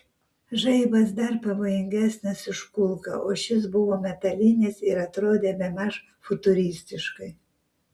žaibas dar pavojingesnis už kulką o šis buvo metalinis ir atrodė bemaž futuristiškai